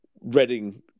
Reading